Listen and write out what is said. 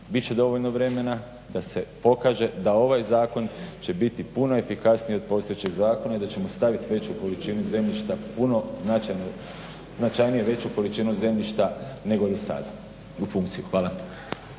Bit će dovoljno vremena da se pokaže da ovaj zakon će biti puno efikasniji od postojećeg zakona i da ćemo staviti veću količinu zemljišta puno značajniju veću količinu zemljišta nego do sada u funkciju. Hvala.